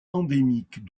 endémique